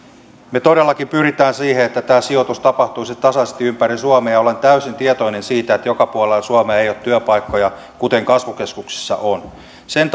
me todellakin pyrimme siihen että tämä sijoitus tapahtuisi tasaisesti ympäri suomea ja olen täysin tietoinen siitä että joka puolella suomea ei ole työpaikkoja kuten kasvukeskuksissa on sen